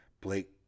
Blake